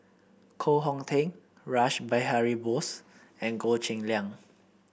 Koh Hong Teng Rash Behari Bose and Goh Cheng Liang